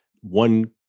one